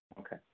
Okay